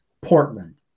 Portland